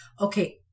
okay